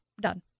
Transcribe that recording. done